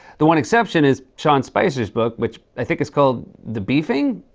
the one exception is sean spicer's book, which i think is called, the beefing?